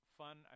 fun